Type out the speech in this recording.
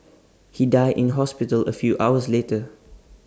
he died in hospital A few hours later